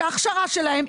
שההכשרה שלהן,